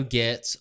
get